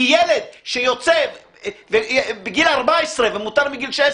כי ילד שיוצא בגיל 14 ומותר מגיל 16